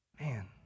Man